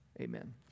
amen